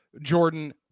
Jordan